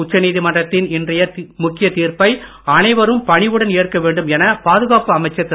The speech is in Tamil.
உச்சநீதிமன்றத்தின் இன்றைய முக்கியத் தீர்ப்பை அனைவரும் பணிவுடன் ஏற்க வேண்டும் என பாதுகாப்பு அமைச்சர் திரு